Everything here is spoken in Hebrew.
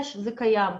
יש וזה קיים.